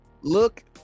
look